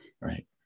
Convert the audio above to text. right